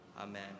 Amen